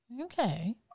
Okay